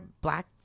black